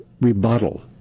rebuttal